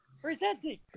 Presenting